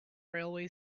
railway